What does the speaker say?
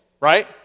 right